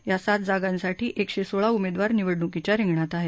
या सात जागांसाठी एकशे सोळा उमेदवार निवडणुकीच्या रिंगणात आहेत